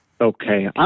Okay